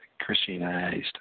Christianized